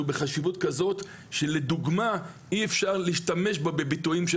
הוא בחשיבות כזאת שלדוגמה אי אפשר להשתמש בה בביטויים של